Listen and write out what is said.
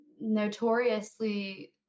notoriously